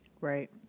Right